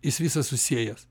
jis visa susijęs